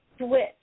switch